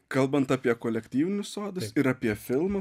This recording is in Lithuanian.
kalbant apie kolektyvinius sodus ir apie filmą